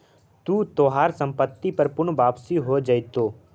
तू तोहार संपत्ति पर पूर्ण वापसी हो जाएतो